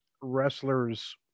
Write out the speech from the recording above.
wrestlers